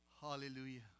Hallelujah